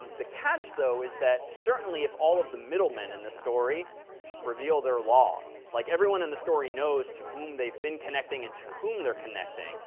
the catch, though, is that certainly if all of the middlemen in the story reveal their logs. like everyone in the story knows to whom they've been connecting and to whom they're connecting.